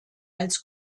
als